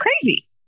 crazy